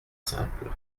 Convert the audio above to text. simples